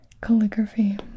Calligraphy